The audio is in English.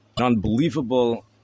Unbelievable